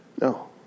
No